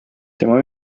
tema